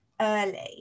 early